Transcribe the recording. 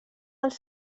dels